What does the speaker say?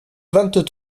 vingt